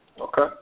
Okay